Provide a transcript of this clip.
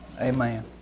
Amen